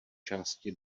části